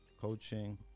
coaching